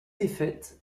défaites